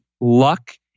luck